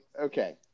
okay